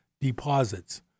deposits